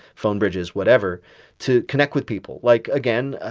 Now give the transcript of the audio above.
phone bridges, whatever to connect with people. like, again, ah